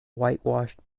whitewashed